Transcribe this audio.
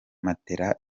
matela